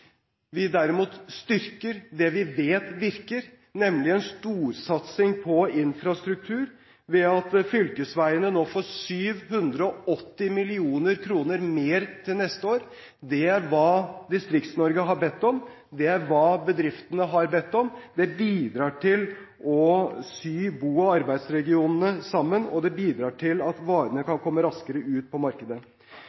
utviklingsmidler. Derimot styrker vi det vi vet virker, nemlig å ha en storsatsing på infrastruktur, ved at fylkesveiene nå får 780 mill. kr mer til neste år. Det er hva Distrikts-Norge har bedt om, det er hva bedriftene har bedt om. Det bidrar til å sy bo- og arbeidsregionene sammen, og det bidrar til at varene